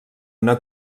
una